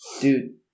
dude